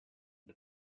the